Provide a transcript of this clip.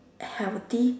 healthy